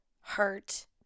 hurt